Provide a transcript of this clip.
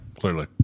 clearly